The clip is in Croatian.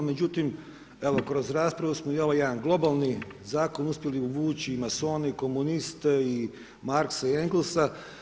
Međutim, evo kroz raspravu smo i ovaj jedan globalni zakon uspjeli uvući i masone i komuniste i Marksa i Englesa.